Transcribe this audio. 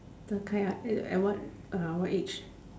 De-Kai ah at what err what age